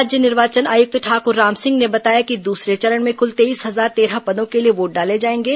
राज्य निर्वाचन आयुक्त ठाकुर रामसिंह ने बताया कि दूसरे चरण में कुल तेईस हजार तेरह पदों के लिए वोट डाले जाएंगे